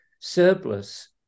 surplus